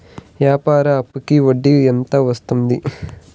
వ్యాపార అప్పుకి వడ్డీ ఎంత వస్తుంది?